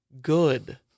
good